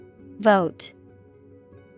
Vote